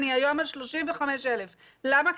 אני היום על 35,000. למה?